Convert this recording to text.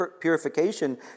purification